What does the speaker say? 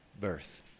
Birth